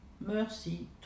Mercy